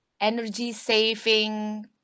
energy-saving